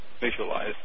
visualize